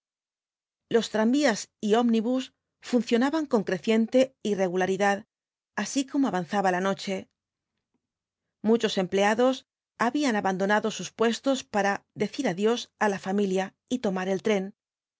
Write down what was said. los tranvías y ómnibus funcionaban con creciente irregularidad así como avanzaba la noche muchos empleados habían abandonado sus puestos para decir adiós á la familia y tomar el tren